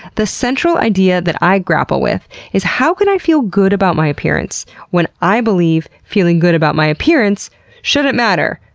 the central idea that i grapple with is how can i feel good about my appearance when i believe feeling good about my appearance shouldn't matter?